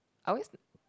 I always